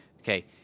Okay